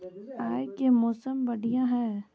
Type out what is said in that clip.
आय के मौसम बढ़िया है?